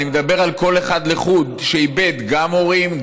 אני מדבר על כל אחד לחוד שאיבד גם הורים,